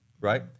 right